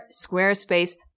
Squarespace